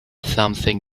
something